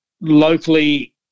locally